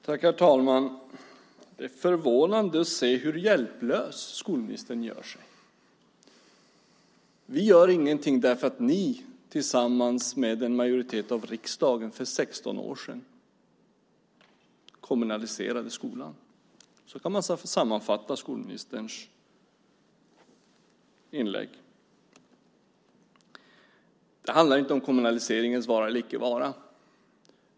Herr talman! Det är förvånande att se hur hjälplös skolministern gör sig. Vi gör ingenting därför att ni, tillsammans med en majoritet av riksdagen, för 16 år sedan kommunaliserade skolan. Så kan man sammanfatta skolministerns inlägg. Det handlar inte om kommunaliseringens vara eller icke vara.